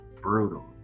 brutal